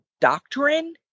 doctrine